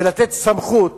ולתת סמכות